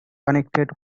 connected